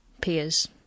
peers